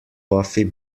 puffy